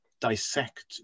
dissect